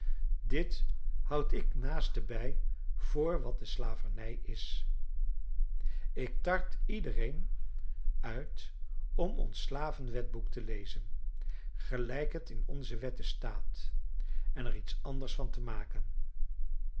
dit houd ik ten naastebij voor wat de slavernij is ik tart iedereen uit om ons slavenwetboek te lezen gelijk het in onze wetten staat en er iets anders van te maken